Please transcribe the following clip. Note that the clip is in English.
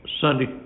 Sunday